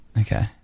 Okay